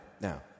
now